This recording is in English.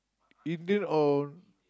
Indian or